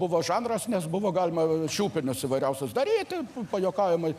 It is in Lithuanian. buvo žanras nes buvo galima šiupinius įvairiausius daryti pajuokavimai